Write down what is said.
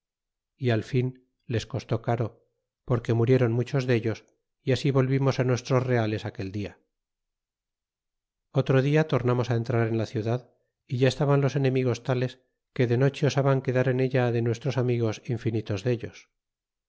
y al fin les co tó caro porque mude ron muchos de ellos y así volvimos á nuestros reales aquel dia otro dia tornamos á entrar en la ciudad y ya estaban los e enemigos tales que de noche osaban quedar en ella de nueze tres amigos infinitos de ellos